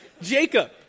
Jacob